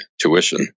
tuition